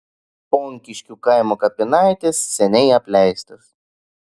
ponkiškių kaimo kapinaitės seniai apleistos